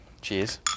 Cheers